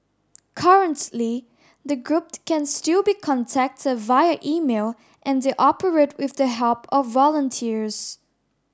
currently the group can still be contacted via email and they operate with the help of volunteers